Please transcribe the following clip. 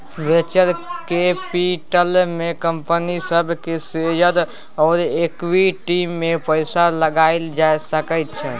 venture capital से company सब के शेयर आ इक्विटी में पैसा लगाएल जा सकय छइ